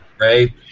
Ray